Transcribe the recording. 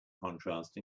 contrast